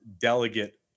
delegate